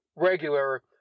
Regular